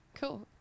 Cool